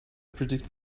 predicted